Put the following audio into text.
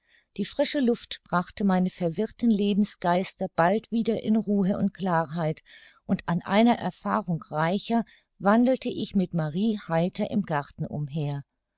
die frische luft brachte meine verwirrten lebensgeister bald wieder in ruhe und klarheit und an einer erfahrung reicher wandelte ich mit marie heiter im garten umher